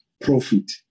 profit